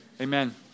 Amen